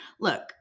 Look